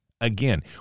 Again